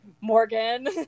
Morgan